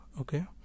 okay